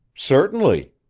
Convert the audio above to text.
certainly,